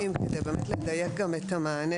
צריך לדייק את המענה,